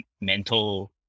mental